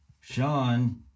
Sean